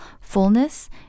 fullness